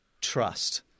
trust